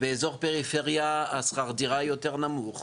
ובאיזור הפריפריה שכר הדירה נמוך יותר,